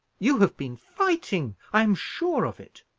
you have been fighting! i am sure of it!